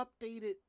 updated